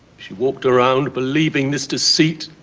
she walked around believing this deceit,